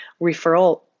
referral